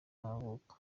y’amavuko